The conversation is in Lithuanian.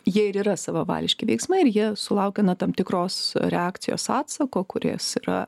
jie ir yra savavališki veiksmai ir jie sulaukia na tam tikros reakcijos atsako kuris yra